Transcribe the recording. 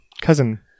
cousin